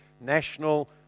national